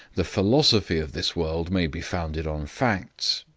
the philosophy of this world may be founded on facts,